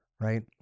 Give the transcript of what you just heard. Right